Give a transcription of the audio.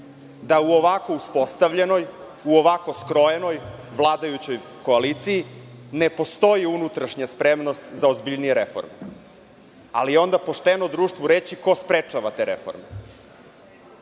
da u ovako uspostavljenoj, u ovako skrojenoj vladajućoj koaliciji, ne postoji unutrašnja spremnost za ozbiljnije reforme, ali onda pošteno društvu reći ko sprečava te reforme. Ko